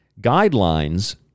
guidelines